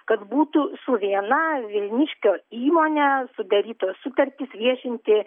kad būtų su viena vilniškio įmone sudarytos sutartys viešinti